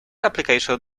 application